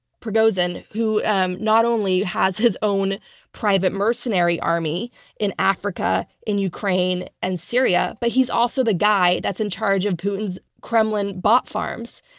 prigozhin, who not only has his own private mercenary army in africa, in ukraine, and syria, but he's also the guy that's in charge of putin's kremlin bot farms.